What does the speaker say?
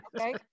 Okay